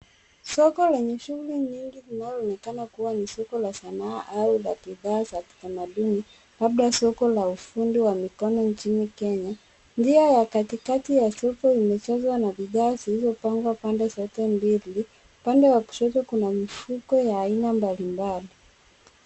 Soko lenye shughuli nyingi linalo onekana ni soko la sanaa au la bidhaa za kitamaduni labda soko la ufundi wa mikono nchini kenya. Njia ya katikati ya soko imechorwa na bidhaa zilizo pangwa pande zote mbili. Upande wa kushoto kuna mifuko ya aina mbali mbali.